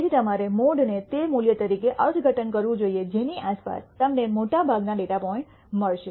તેથી તમારે મોડને તે મૂલ્ય તરીકે અર્થઘટન કરવું જોઈએ જેની આસપાસ તમને મોટાભાગના ડેટા પોઇન્ટ મળશે